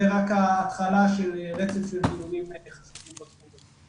רק ההתחלה של רצף של דיונים חשובים בתחום הזה.